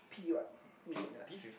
P what is it ah